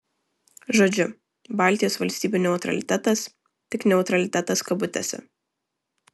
žodžiu baltijos valstybių neutralitetas tik neutralitetas kabutėse